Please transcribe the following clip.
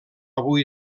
avui